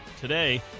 today